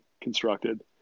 constructed